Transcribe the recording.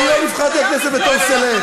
אני לא נבחרתי לכנסת בתור סלב.